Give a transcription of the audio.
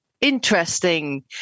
interesting